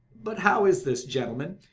but how is this, gentlemen?